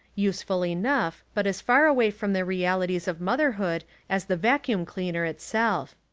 useful enough but as far away from the realities of motherhood as the vacuum cleaner itself.